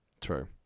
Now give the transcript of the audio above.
True